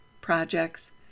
projects